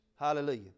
Hallelujah